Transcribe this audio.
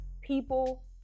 people